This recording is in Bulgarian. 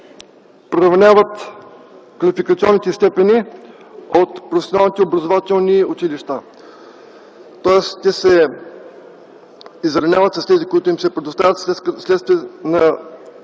приравняват квалификационните степени от професионалните образователни училища, тоест те се изравняват с тези, които им се предоставят вследствие на